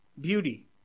beauty